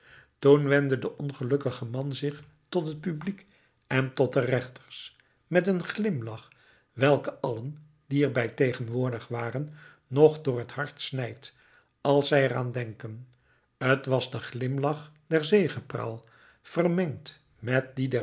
toen wendde de ongelukkige man zich tot het publiek en tot de rechters met een glimlach welke allen die er bij tegenwoordig waren nog door het hart snijdt als zij er aan denken t was de glimlach der zegepraal vermengd met dien